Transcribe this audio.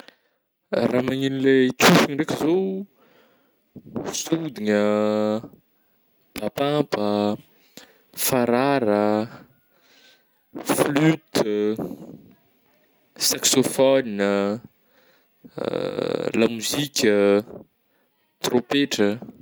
raha magneno le tsofigna ndraiky zao sodigna, babampa, farara, flute, saxophone lamozika, trôpetra ah,